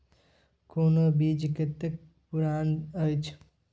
कोनो बीज कतेक पुरान अछि?